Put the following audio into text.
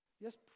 Yes